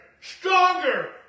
stronger